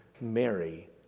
Mary